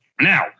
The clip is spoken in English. Now